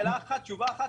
תשובה אחת.